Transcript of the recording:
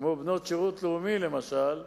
כמו בנות שירות לאומי למשל,